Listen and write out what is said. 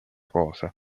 cosa